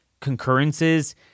concurrences